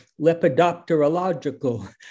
lepidopterological